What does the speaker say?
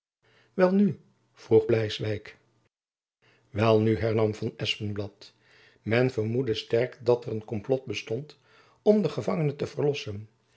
welnu vroeg bleiswijck welnu hernam van espenblad men vermoedde sterk dat er een komplot bestond om den gevangene te verlossen